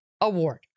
Award